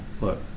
Look